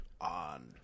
on